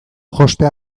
jostea